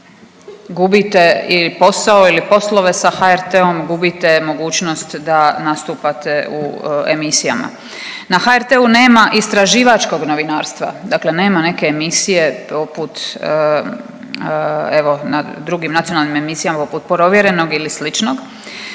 gubite ili posao ili poslove sa HRT-om, gubite mogućnost da nastupate u emisijama. Na HRT-u nema istraživačkog novinarstva. Dakle, nema neke emisije poput evo na drugim nacionalnim emisijama poput Provjerenog ili slično.